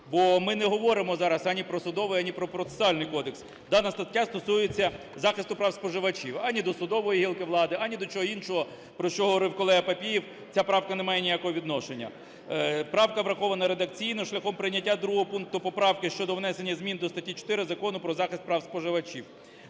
Бо ми не говоримо зараз ані про судовий, ані про процесуальний кодекс. Дана стаття стосується захисту прав споживачів. Ані до судової гілки влади, ані до чого іншого, про що говорив колега Папієв, ця правка не має ніякого відношення. Правка врахована редакційно шляхом прийняття 2 пункту поправки щодо внесення змін до статті 4 Закону "Про захист прав споживачів".